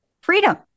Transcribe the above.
freedom